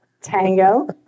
Tango